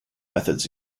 methods